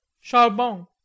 Charbon